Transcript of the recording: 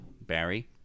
Barry